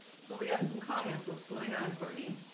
so we got some comments what's going on courtney,